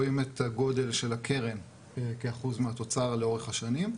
הגודל של הקרן כאחוז מהתוצר לאורך השנים.